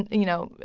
you know,